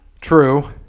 True